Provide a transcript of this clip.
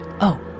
Oh